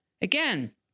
Again